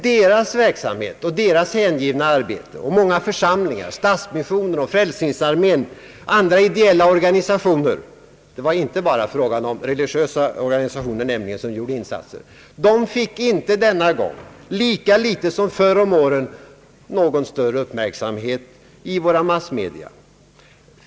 Deras verksamhet och hängivna arbete liksom många församlingars, Stadsmissionens, Frälsningsarméns och andra ideella organisationers — det var nämligen inte bara religiösa organisationer som gjorde insatser — rönte inte denna gång lika litet som förr om åren någon större uppmärksamhet i våra massmedia.